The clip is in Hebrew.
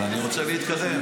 אבל אני רוצה להתקדם.